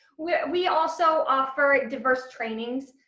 yeah. we also offer diverse trainings.